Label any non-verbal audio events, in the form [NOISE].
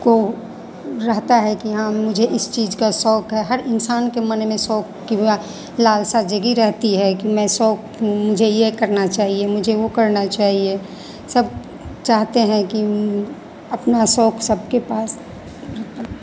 को रहता है कि हाँ मुझे इस चीज़ का शौक़ है हर इन्सान के मन में शौक़ की लालसा जगी रहती है कि मैं शौक़ मुझे यह करना चाहिए मुझे वह करना चाहिए सब चाहते हैं कि अपना शौक़ सबके पास [UNINTELLIGIBLE]